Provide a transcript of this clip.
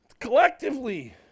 Collectively